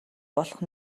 болох